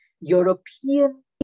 European